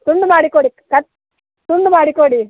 ತುಂಡು ಮಾಡಿ ಕೊಡಿ ಕಟ್ ತುಂಡು ಮಾಡಿ ಕೊಡಿ